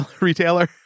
retailer